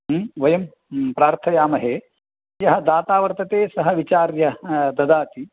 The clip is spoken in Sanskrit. वयं प्रार्थयामहे यः दाता वर्तते सः विचार्य ददाति